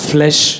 Flesh